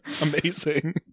Amazing